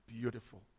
beautiful